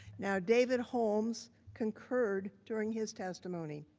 now david holmes concurred during his testimony,